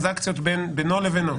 במספר.